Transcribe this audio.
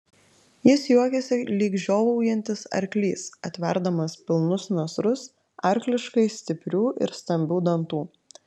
jis juokėsi lyg žiovaujantis arklys atverdamas pilnus nasrus arkliškai stiprių ir stambių dantų